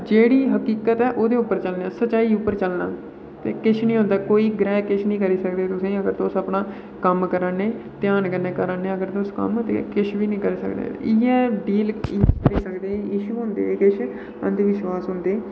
जेह्ड़ी हकीकत ऐ ओह्दे पर चलना सच्चाई पर चलना ते किश निं होंदा किश ग्रैहें बगाड़ी सकदे अगर तुस अपना कम्म कराने ध्यान कन्नै करै दे ओ एह् किश बी नेईं करी सकदे इं'या एह् इशू होंदे किश अंधविश्वास होंदे किश